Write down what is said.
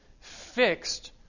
fixed